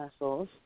muscles